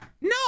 No